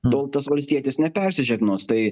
tol tas valstietis nepersižegnos tai